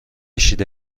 کشیده